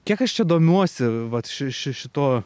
kiek aš čia domiuosi vat ši ši šito